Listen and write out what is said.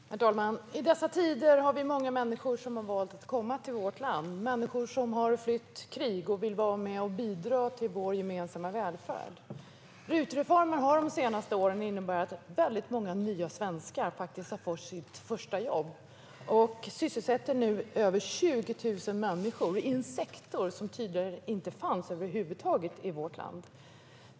Herr talman! I dessa tider är det många människor som har valt att komma till vårt land. Det är människor som har flytt krig och som vill vara med och bidra till vår gemensamma välfärd. RUT-reformen har de senaste åren inneburit att väldigt många nya svenskar faktiskt har fått sitt första jobb. Det är nu över 20 000 människor som sysselsätts i en sektor som tidigare inte fanns över huvud taget i vårt land.